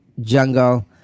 jungle